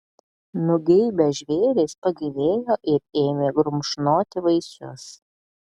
nugeibę žvėrys pagyvėjo ir ėmė grumšnoti vaisius